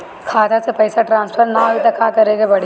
खाता से पैसा टॉसफर ना होई त का करे के पड़ी?